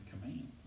command